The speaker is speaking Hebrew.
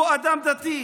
הוא אדם דתי,